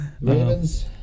Ravens